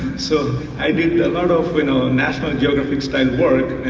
so i did a lot of you know national geography style work,